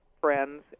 friends